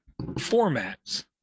formats